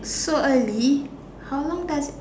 so early how long does it